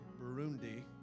Burundi